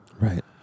right